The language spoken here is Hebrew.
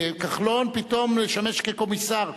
כחלון פתאום לשמש כקומיסר,